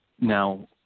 Now